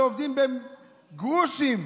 עובדים בגרושים,